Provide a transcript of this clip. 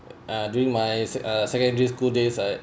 uh during my sec~ uh secondary school days I